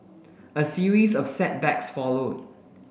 a series of setbacks followed